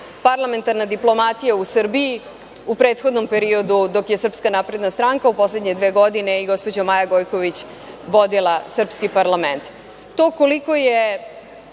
parlamentarna diplomatija u Srbiji u prethodnom periodu, dok je SNS, u poslednje dve godine, i gospođa Maja Gojković vodila srpski parlament.